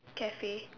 Cafe